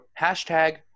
hashtag